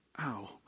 ow